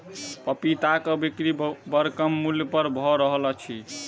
पपीताक बिक्री बड़ कम मूल्य पर भ रहल अछि